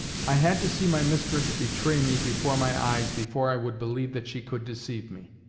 i had to see my mistress betray me before my eyes before i would believe that she could deceive me.